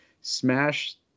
smash